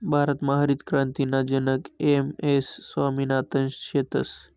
भारतमा हरितक्रांतीना जनक एम.एस स्वामिनाथन शेतस